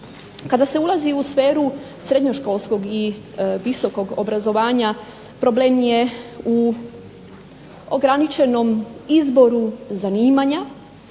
Kada se ulazi u sferu srednjoškolskog i visokog obrazovanja problem je u ograničenom izboru zanimanja